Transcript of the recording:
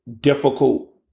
difficult